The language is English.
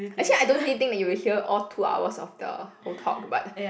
actually I don't really think that you will hear all two hours of the whole talk but